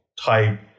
type